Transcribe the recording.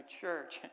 Church